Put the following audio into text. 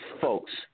folks